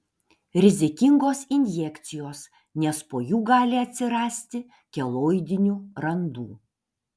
rizikingos injekcijos nes po jų gali atsirasti keloidinių randų